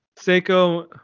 Seiko